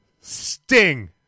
Sting